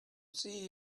see